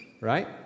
right